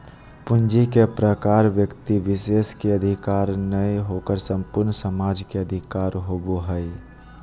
पूंजी के प्रकार व्यक्ति विशेष के अधिकार नय होकर संपूर्ण समाज के अधिकार होबो हइ